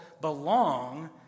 belong